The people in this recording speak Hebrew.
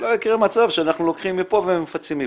שלא יקרה מצב שאנחנו לוקחים מפה ומפצים מפה.